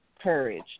courage